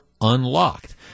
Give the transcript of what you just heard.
unlocked